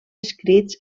escrits